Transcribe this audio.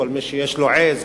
כל מי שיש לו עז,